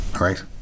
right